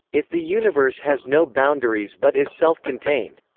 if the universe has no boundaries but is self-contained.